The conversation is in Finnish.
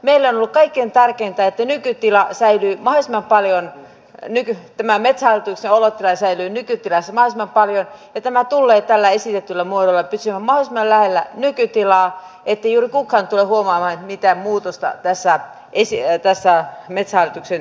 meille on ollut kaikkein tärkeintä että metsähallituksen olotila säilyy nykytilassa mahdollisimman paljon niin tämä metsä nyt jo olla naisellinen tyytyväisenä ja tämä tulee täällä esitetyllä muodolla pysymään mahdollisimman lähellä nykytilaa ettei juuri kukaan tule huomaamaan mitään muutosta tässä metsähallituksen toiminnassa